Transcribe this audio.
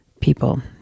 people